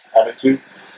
Attitudes